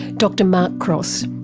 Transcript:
dr mark cross.